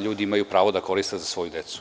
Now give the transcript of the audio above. ljudi imaju pravo da koriste za svoju decu.